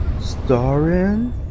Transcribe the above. starring